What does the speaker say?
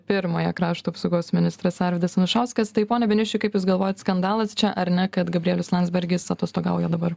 pirmąją krašto apsaugos ministras arvydas anušauskas tai pone beniuši kaip jūs galvojat skandalas čia ar ne kad gabrielius landsbergis atostogauja dabar